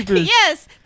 Yes